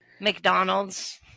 McDonald's